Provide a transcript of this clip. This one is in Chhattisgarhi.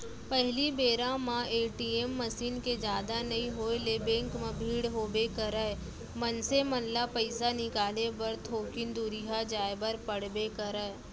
पहिली बेरा म ए.टी.एम मसीन के जादा नइ होय ले बेंक म भीड़ होबे करय, मनसे मन ल पइसा निकाले बर थोकिन दुरिहा जाय बर पड़बे करय